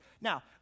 Now